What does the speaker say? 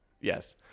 yes